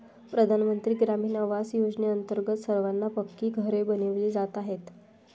प्रधानमंत्री ग्रामीण आवास योजनेअंतर्गत सर्वांना पक्की घरे बनविली जात आहेत